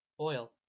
Oil